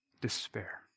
despair